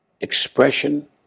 expression